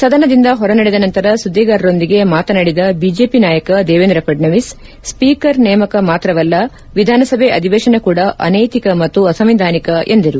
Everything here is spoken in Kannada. ಸದನದಿಂದ ಹೊರ ನಡೆದ ನಂತರ ಸುದ್ದಿಗಾರರೊಂದಿಗೆ ಮಾತನಾಡಿದ ಬಿಜೆಪಿ ನಾಯಕ ದೇವೇಂದ್ರ ಫಡ್ನವಿಸ್ ಸ್ವೀಕರ್ ನೇಮಕ ಮಾತ್ರವಲ್ಲ ವಿಧಾನಸಭೆ ಅಧಿವೇಶನ ಕೂಡ ಅನೈತಿಕ ಮತ್ತು ಅಸಾಂವಿಧಾನಿಕ ಎಂದರು